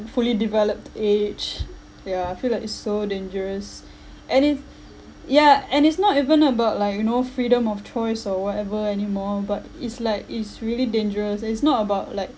fully developed age ya I feel like it's so dangerous and if ya and it's not even about like you know freedom of choice or whatever anymore but it's like it's really dangerous it's not about like